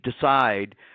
decide